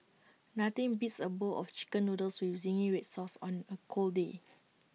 nothing beats A bowl of Chicken Noodles with Zingy Red Sauce on A cold day